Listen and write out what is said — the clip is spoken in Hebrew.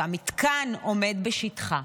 שהמתקן עומד בשטחה,